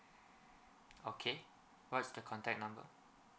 okay what's the contact number